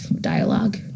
dialogue